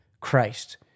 Christ